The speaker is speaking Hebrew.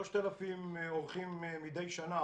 3,000 אורחים מגיעים מדי שנה